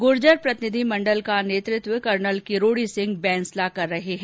गूर्जर प्रतिनिधि मंडल का नेतृत्व कर्नल किरोड़ी सिंह बैंसला कर रहे हैं